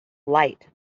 light